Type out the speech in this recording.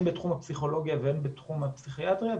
הן בתחום הפסיכולוגיה והן בתחום הפסיכיאטריה,